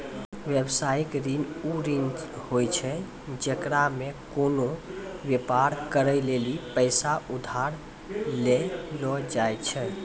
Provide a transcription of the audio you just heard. व्यवसायिक ऋण उ ऋण होय छै जेकरा मे कोनो व्यापार करै लेली पैसा उधार लेलो जाय छै